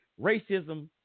Racism